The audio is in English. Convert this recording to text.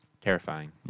Terrifying